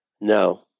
No